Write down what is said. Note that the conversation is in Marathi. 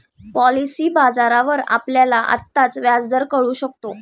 पॉलिसी बाजारावर आपल्याला आत्ताचा व्याजदर कळू शकतो